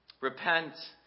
Repent